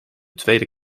tweede